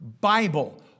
Bible